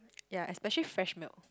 ya especially fresh milk